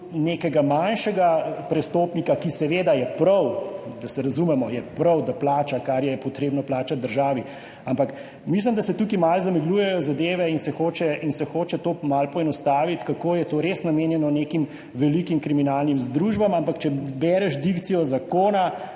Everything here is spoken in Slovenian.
nekega manjšega prestopnika, ki seveda je prav, da se razumemo, je prav, da plača, kar je potrebno plačati državi, ampak mislim, da se tukaj malo zamegljujejo zadeve in se hoče to malo poenostaviti, kako je to res namenjeno nekim velikim kriminalnim združbam, ampak če bereš dikcijo zakona,